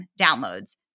downloads